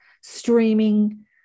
streaming